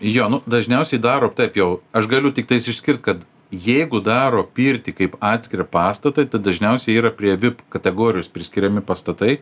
jo nu dažniausiai daro taip jau aš galiu tiktais išskirt kad jeigu daro pirtį kaip atskirą pastatą tai dažniausiai yra prie vip kategorijos priskiriami pastatai